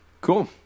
cool